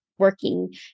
working